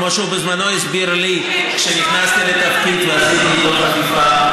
כמו שהוא בזמנו הסביר לי כשנכנסתי לתפקיד ועשיתי איתו חפיפה,